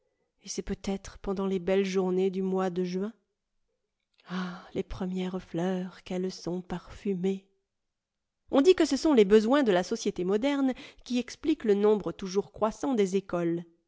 et c'est peut-être pendant les belles journées du mois de juin ah les premières fleurs qu'elles sont parfumées on dit que ce sont les besoins de la société moderne qui expliquent le nombre toujours croissant des écoles